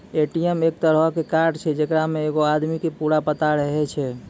ATM एक तरहो के कार्ड छै जेकरा मे एगो आदमी के पूरा पता रहै छै